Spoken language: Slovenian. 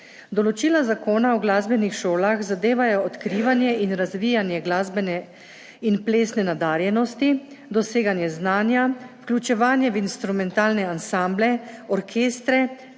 Določila zakona o glasbenih šolah zadevajo odkrivanje in razvijanje glasbene in plesne nadarjenosti, doseganje znanja, vključevanje v instrumentalne ansamble, orkestre,